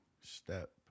step